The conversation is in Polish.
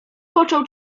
począł